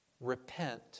Repent